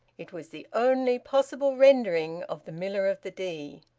it was the only possible rendering of the miller of the dee.